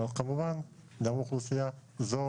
כמובן גם אוכלוסייה זו